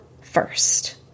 first